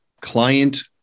client